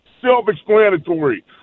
self-explanatory